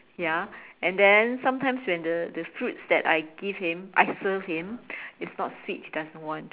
ya and then sometimes when the the fruits I give him I serve him it's not sweet he doesn't want